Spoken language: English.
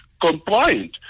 compliant